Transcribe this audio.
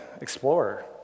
Explorer